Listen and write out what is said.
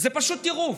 זה פשוט טירוף.